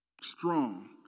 strong